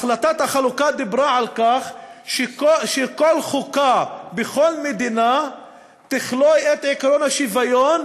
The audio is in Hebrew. החלטת החלוקה דיברה על כך שכל חוקה בכל מדינה תכלול את עקרון השוויון,